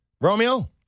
Romeo